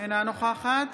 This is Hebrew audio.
אינה נוכחת